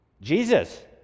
Jesus